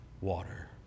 water